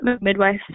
midwife